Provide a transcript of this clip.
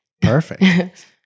Perfect